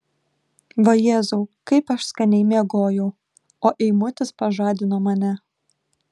vajezau kaip aš skaniai miegojau o eimutis pažadino mane